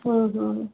ହଁ ହଁ